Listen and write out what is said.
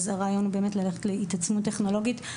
אז הרעיון הוא באמת ללכת להתעצמות טכנולוגית.